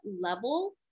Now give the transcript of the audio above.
level